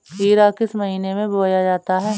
खीरा किस महीने में बोया जाता है?